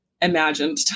imagined